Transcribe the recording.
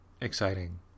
exciting